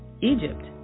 Egypt